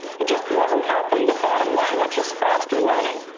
it just wasn't helping the bottom line, which is faster learning.